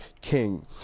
King